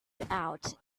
about